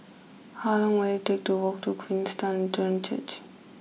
how long will it take to walk to Queenstown Church